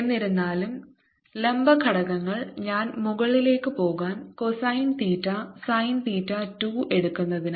എന്നിരുന്നാലും ലംബ ഘടകങ്ങൾ ഞാൻ മുകളിലേക്ക് പോകാൻ കോസൈൻ തീറ്റ സൈൻ തീറ്റ 2 എടുക്കുന്നതിനാൽ